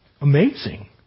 amazing